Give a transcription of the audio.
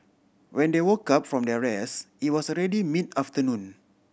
when they woke up from their rest it was already mid afternoon